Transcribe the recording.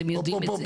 אתם יודעים את זה.